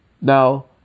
Now